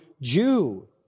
Jew